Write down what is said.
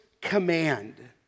command